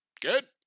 good